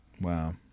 Wow